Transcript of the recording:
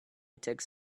tech